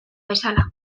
bezala